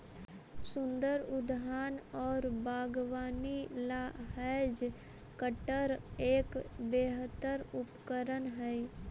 सुन्दर उद्यान और बागवानी ला हैज कटर एक बेहतर उपकरण हाई